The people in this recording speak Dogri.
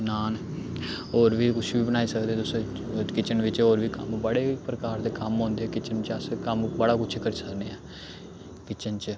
नान होर बी कुछ बी बनाई सकदे तुस किचन बिच्च होर बी कम्म बड़े प्रकार दे कम्म होंदे किचन च अस कम्म बड़ा कुछ करी सकने आं किचन च